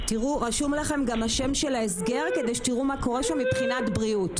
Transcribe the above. רשום לכם גם השם של ההסגר כדי שתראי מה קורה שם מבחינת בריאות,